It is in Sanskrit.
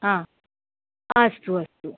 हा अस्तु अस्तु